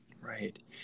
Right